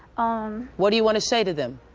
um what do you want to say to them?